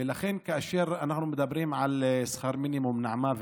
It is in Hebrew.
ולכן, כאשר אנחנו מדברים על שכר מינימום, נעמה,